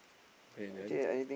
okay then